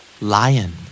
Lion